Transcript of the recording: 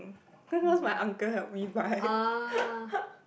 because most my uncle help me buy